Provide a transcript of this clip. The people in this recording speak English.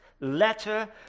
Letter